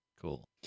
Cool